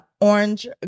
orange